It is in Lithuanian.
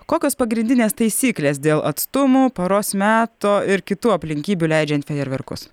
kokios pagrindinės taisyklės dėl atstumų paros meto ir kitų aplinkybių leidžiant fejerverkus